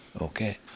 Okay